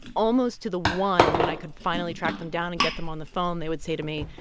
almost to the one, when i could finally track them down and get them on the phone, they would say to me,